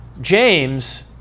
James